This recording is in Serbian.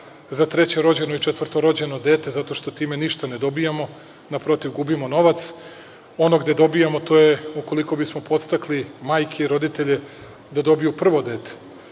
za treće rođeno i četvrto rođeno dete, zato što time ništa ne dobijamo, naprotiv, gubimo novac. Ono gde dobijamo, to je ukoliko bismo podstakli majke i roditelje da dobiju prvo dete.